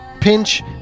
pinch